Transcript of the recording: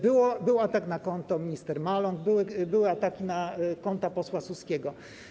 Był atak na konto minister Maląg, były ataki na konta posła Suskiego.